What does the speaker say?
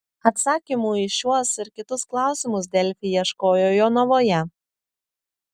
atsakymų į šiuos ir kitus klausimus delfi ieškojo jonavoje